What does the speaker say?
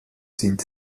sind